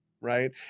right